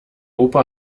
opa